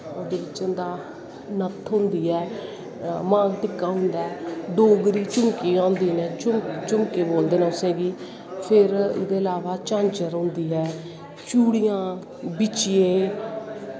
ओह्दे बिच्च होंदा मत्थ होंदी ऐ मांग टिक्का होंदा ऐ डोगरी चुमकियां होंदियां नै चुमके बोलदे नै उस गी फिर एह्दे इलावा चांझर होंदी ऐ चूड़ियां बिच्चिये